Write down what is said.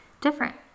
different